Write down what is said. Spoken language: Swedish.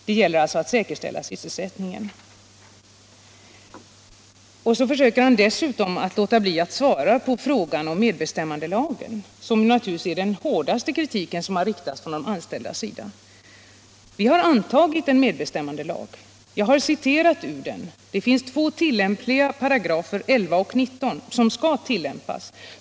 Det gäller att säkerställa sysselsättningen, förklarade försvarsministern vidare, och så undvek han att svara på frågan om medbestämmandelagen. Det är naturligtvis där som den hårdaste kritiken sätts in från de anställdas sida. Vi har antagit en medbestämmandelag, och jag har citerat ur den. Det finns där två paragrafer som är tillämpliga, 11 och 19 §§.